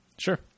Sure